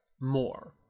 more